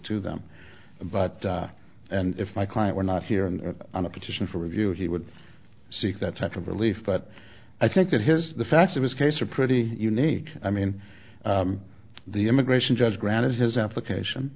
to them but and if my client were not here and on a petition for review he would seek that sense of relief that i think that his the facts of his case are pretty unique i mean the immigration judge granted his application